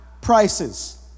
prices